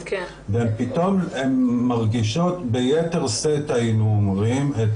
והן פתאום הן מרגישות ביתר שאת היינו אומרים את